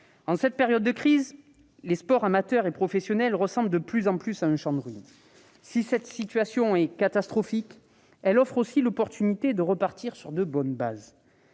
En cette période de crise, les sports amateurs et professionnels ressemblent de plus en plus à un champ de ruines. Si la situation est catastrophique, elle offre aussi l'opportunité de repartir sur de bonnes bases.